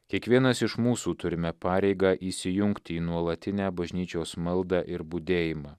kiekvienas iš mūsų turime pareigą įsijungti į nuolatinę bažnyčios maldą ir budėjimą